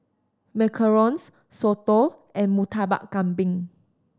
macarons soto and Murtabak Kambing